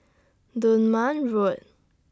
Dunman Road